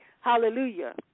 hallelujah